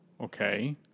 Okay